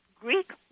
Greek